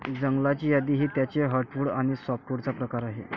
जंगलाची यादी ही त्याचे हर्टवुड आणि सॅपवुडचा प्रकार आहे